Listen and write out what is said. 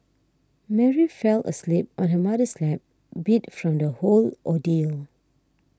Mary fell asleep on her mother's lap beat from the whole ordeal